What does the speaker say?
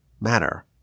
matter